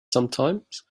sometimes